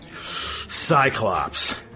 Cyclops